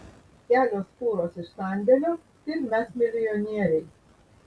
kelios fūros iš sandėlio ir mes milijonieriai